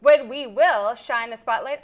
when we will shine the spotlight